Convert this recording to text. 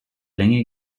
länge